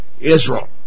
Israel